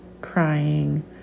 crying